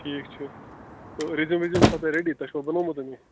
ٹھیٖک چھُ تہٕ رزیوٗم وزیوٗم چھُوا تۅہہِ ریٚڈی تُہۍ چھُوا بنومُت یہِ